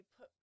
put